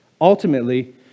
Ultimately